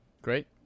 Great